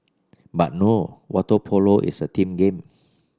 but no water polo is a team game